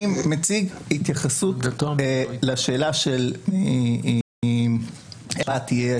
אני מציג התייחסות לשאלה של איך תהיה